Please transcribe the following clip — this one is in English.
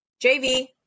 JV